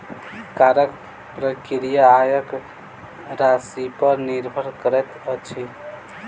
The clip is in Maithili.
करक प्रक्रिया आयक राशिपर निर्भर करैत अछि